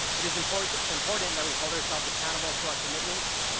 it is important that important that we hold ourselves accountable to our commitments,